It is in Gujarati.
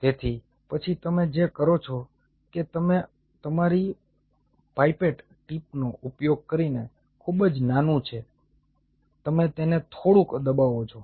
તેથી પછી તમે જે કરો છો કે તમે તમારી પાઇપેટ ટીપનો ઉપયોગ કરીને ખૂબ જ નાનું છે તમે તેને થોડુંક દબાવો છો